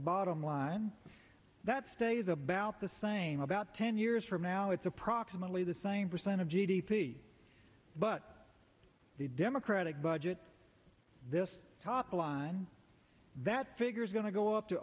bottom line that stays about the same about ten years from now it's approximately the same percent of g d p but the democratic budget this top line that figure is going to go up to